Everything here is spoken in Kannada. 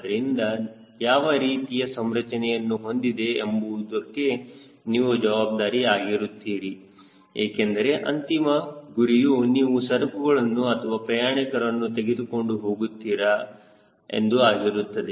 ಆದ್ದರಿಂದ ಯಾವ ರೀತಿಯ ಸಂರಚನೆಯನ್ನು ಹೊಂದಿದೆ ಎಂಬುದಕ್ಕೆ ನೀವು ಜವಾಬ್ದಾರಿ ಆಗಿರುತ್ತೀರಿ ಏಕೆಂದರೆ ಅಂತಿಮ ಗುರಿಯು ನೀವು ಸರಕುಗಳನ್ನು ಅಥವಾ ಪ್ರಯಾಣಿಕರನ್ನು ತೆಗೆದುಕೊಂಡು ಹೋಗುತ್ತೀರಾ ಎಂದು ಆಗಿರುತ್ತದೆ